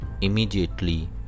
immediately